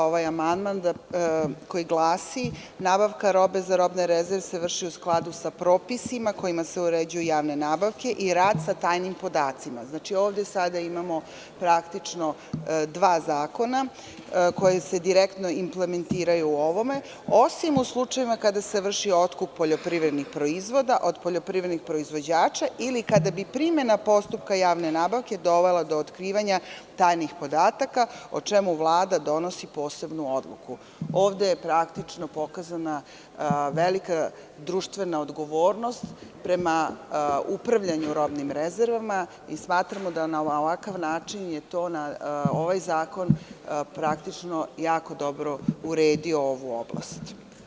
Ovaj amandman glasi: „Nabavka robe za robne rezerve se vrši u skladu sa propisima kojima se uređuju javne nabavke i rad sa tajnim podacima“, znači, ovde sada imamo praktično dva zakona koji se direktno implementiraju u ovome, „osim u slučajevima kada se vrši otkup poljoprivrednih proizvoda od poljoprivrednih proizvođača ili kada bi primena postupka javne nabavke dovela do otkrivanja tajnih podataka, o čemu Vlada donosi posebnu odluku.“ Ovde je praktično pokazana velika društvena odgovornost prema upravljanju robnim rezervama i smatramo da je na ovakav način to ovaj zakon jako dobro uredio ovu oblast.